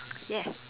yes